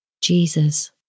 Jesus